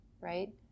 right